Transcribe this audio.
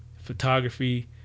photography